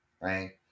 Right